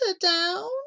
down